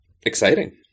Exciting